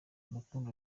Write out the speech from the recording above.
urukundo